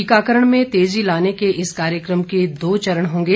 टीकाकरण में तेजी लाने के इस कार्यक्रम के दो चरण होंगे